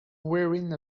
wearing